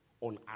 on